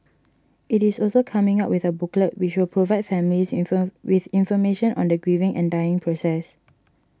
it is also coming up with a booklet which will provide families inform with information on the grieving and dying process